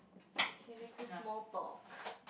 can small talk